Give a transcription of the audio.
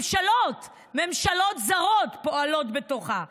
ממשלות זרות פועלות בתוכה.